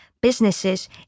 businesses